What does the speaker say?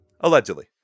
Allegedly